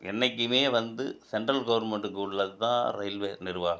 என்றைக்குமே வந்து சென்ட்ரல் கவுர்மெண்ட்டுக்கு உள்ளது தான் ரயில்வே நிர்வாகம்